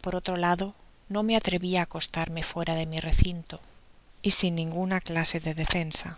por otro lado no me atrevia á acostarme fuera de mi recinto y sin ninguna clase de defensa